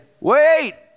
wait